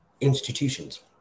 institutions